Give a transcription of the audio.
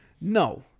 No